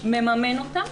מממן אותם.